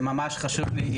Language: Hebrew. שממש חשוב לי,